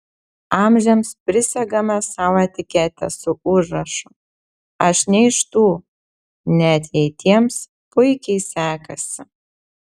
amžiams prisegame sau etiketę su užrašu aš ne iš tų net jei tiems puikiai sekasi